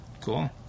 Cool